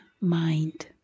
mind